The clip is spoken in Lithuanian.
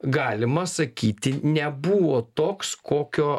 galima sakyti nebuvo toks kokio